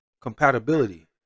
compatibility